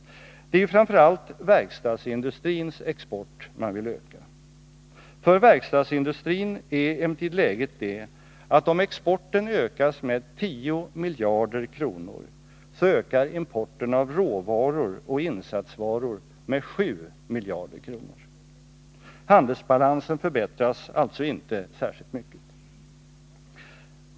Det är ju framför allt verkstadsindustrins export man vill öka. För verkstadsindustrin är emellertid läget det att om exporten ökas med 10 miljarder kronor så ökar importen av råvaror och insatsvaror med 7 miljarder kronor. Handelsbalansen förbättras alltså inte särskilt mycket.